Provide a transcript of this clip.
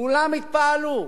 כולם התפעלו.